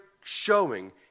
showing